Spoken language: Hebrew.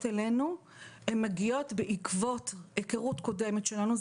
אלינו - מגיעות בעקבות היכרות קודמת שלנו.